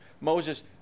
Moses